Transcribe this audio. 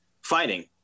fighting